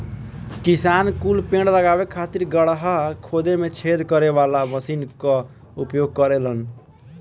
किसान कुल पेड़ लगावे खातिर गड़हा खोदे में छेद करे वाला मशीन कअ उपयोग करेलन